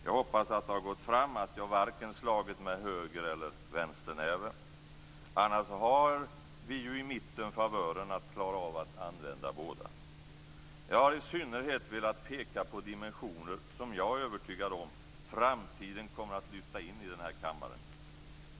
Jag hoppas att det har gått fram att jag varken slagit med höger eller vänsternäve. Annars har vi ju i mitten favören att klara av att använda båda. Jag har i synnerhet velat peka på dimensioner som jag är övertygad om framtiden kommer att lyfta in i den här kammaren.